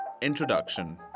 Introduction